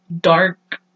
dark